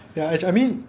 ya actua~ I mean